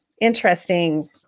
interesting